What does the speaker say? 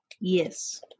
Yes